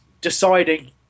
deciding